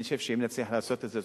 אני חושב שאם נצליח לעשות את זה,